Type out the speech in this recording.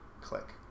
click